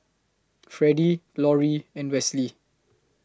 Freddie Lorie and Westley